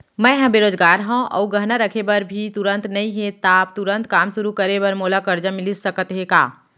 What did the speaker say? मैं ह बेरोजगार हव अऊ गहना रखे बर भी तुरंत नई हे ता तुरंत काम शुरू करे बर मोला करजा मिलिस सकत हे का?